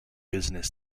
business